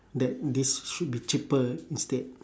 that this should be cheaper instead